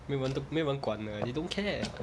没有人都没有人观的 they don't care